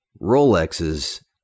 Rolexes